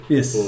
Yes